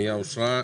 הצבעה אושר.